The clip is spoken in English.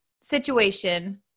situation